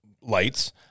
lights